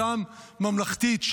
גם ממלכתית,